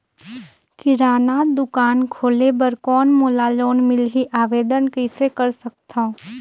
किराना दुकान खोले बर कौन मोला लोन मिलही? आवेदन कइसे कर सकथव?